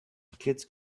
kids